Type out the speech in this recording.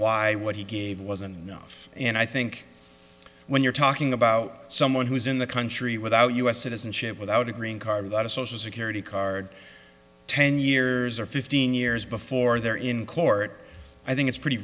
why what he gave wasn't enough and i think when you're talking about someone who is in the country without u s citizenship without a green card a lot of social security card ten years or fifteen years before they're in court i think it's pretty